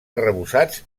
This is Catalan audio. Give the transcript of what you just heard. arrebossats